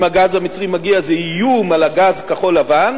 אם הגז המצרי מגיע, זה איום על הגז כחול-לבן,